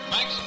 Max